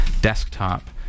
desktop